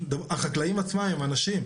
החקלאים עצמם הם אנשים,